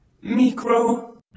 Micro